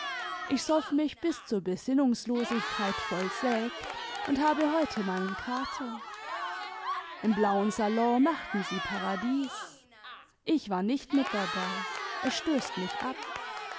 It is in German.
ich soff mich bis zur besinnungslosigkeit voll sekt und habe heute meinen kater im blauej i salon machten sie paradies ich war nicht mit dabei es stößt mich ab